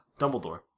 Dumbledore